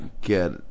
get